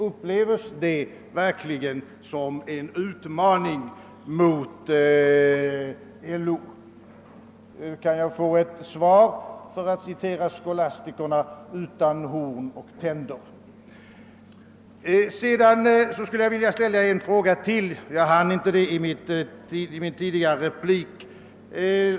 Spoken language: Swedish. Upplevs detta verkligen som en utmaning mot LO? Kan jag få ett svar utan horn och tänder, för att citera skolastikerna? Jag skulle vilja ställa ytterligare en fråga, som jag inte hann med i min tidigare replik.